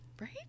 right